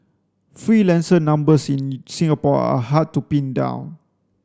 freelancer numbers in Singapore are hard to pin down